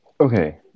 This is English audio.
Okay